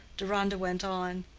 deronda went on